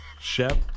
Chef